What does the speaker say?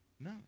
No